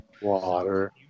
Water